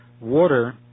Water